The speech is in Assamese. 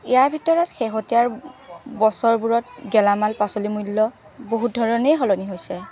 ইয়াৰ ভিতৰত শেহতীয়াৰ বছৰবোৰত গেলামাল পাচলি মূল্য বহুত ধৰণেই সলনি হৈছে